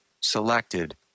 Selected